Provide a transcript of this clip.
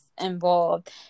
involved